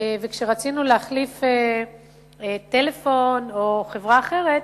וכשרצינו להחליף טלפון או לעבור לחברה אחרת,